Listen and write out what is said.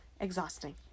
exhausting